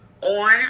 on